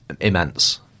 immense